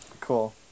cool